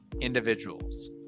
individuals